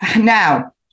now